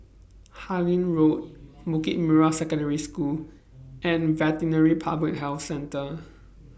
Harlyn Road Bukit Merah Secondary School and Veterinary Public Health Centre